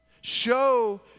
show